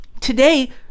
today